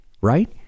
right